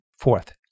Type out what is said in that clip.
Fourth